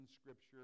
scripture